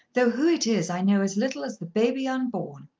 though who it is i know as little as the baby unborn.